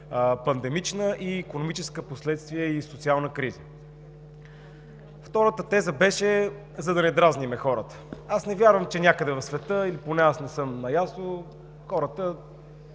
пандемична, икономическа, впоследстлие и социална криза. Втората теза беше, за да не дразним хората. Аз не вярвам, че някъде в света, или поне аз не съм наясно, хората